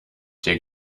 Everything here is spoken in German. der